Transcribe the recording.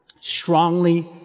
strongly